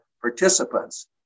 participants